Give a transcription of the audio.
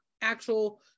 actual